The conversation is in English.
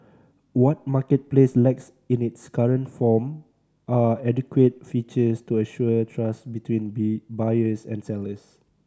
what Marketplace lacks in its current form are adequate features to assure trust between be buyers and sellers